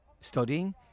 studying